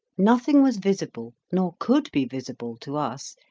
nothing was visible, nor could be visible, to us,